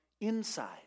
inside